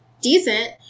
decent